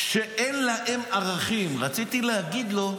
אין להם ערכים, רציתי להגיד לו: